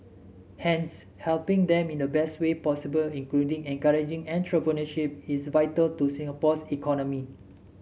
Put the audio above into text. hence helping them in the best way possible including encouraging entrepreneurship is vital to Singapore's economy